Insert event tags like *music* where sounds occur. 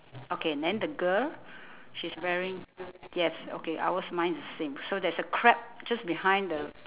*noise* okay then the girl she's wearing yes okay ours mine is the same so there's a crab just behind the